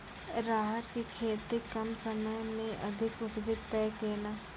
राहर की खेती कम समय मे अधिक उपजे तय केना?